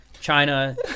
china